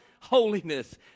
holiness